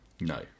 No